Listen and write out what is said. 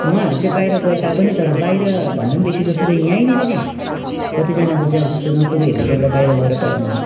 उहाँहरू चाहिँ बाहिर गए तापनि तर बाहिर भन्दा पनि बेसी जस्तो चाहिँ यहीँनेर कतिजनाको चाहिँ अब जस्तो नोकरीहरूले बाहिर पढाउनुहुन्छ